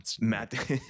Matt